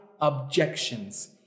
objections